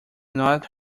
not